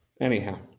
Anyhow